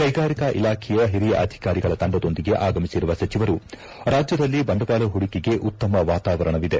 ಕೈಗಾರಿಕಾ ಇಲಾಖೆಯ ಓರಿಯ ಅಧಿಕಾರಿಗಳ ತಂಡದೊಂದಿಗೆ ಆಗಮಿಸಿರುವ ಸಚಿವರು ರಾಜ್ಯದಲ್ಲಿ ಬಂಡವಾಳ ಹೂಡಿಕೆಗೆ ಉತ್ತಮ ವಾತಾವರಣವಿದೆ